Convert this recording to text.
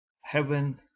heaven